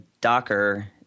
Docker –